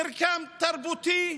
"מרקם תרבותי",